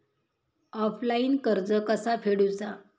Offline कर्ज कसा फेडूचा?